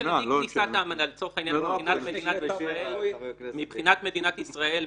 לצורך העניין --- מבחינת מדינת ישראל,